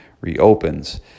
reopens